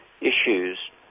issues